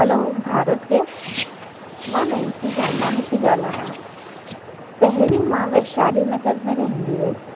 हलो Bharat gas मां Nancy Jamnani पई ॻाल्हायां पहिरीं मां वैशाली नगर में रहंदी हुयसि